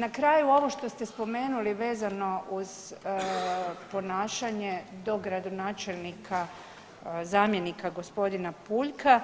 Na kraju ovo što ste spomenuli vezano uz ponašanje dogradonačelnika zamjenika gospodina Puljka